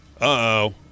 Uh-oh